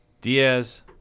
Diaz